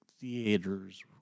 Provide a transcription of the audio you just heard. theaters